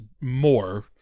more